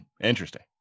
Interesting